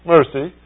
Mercy